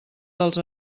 dels